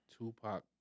Tupac